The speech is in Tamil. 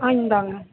ஆ இந்தாருங்க